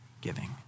giving